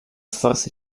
sforzo